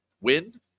win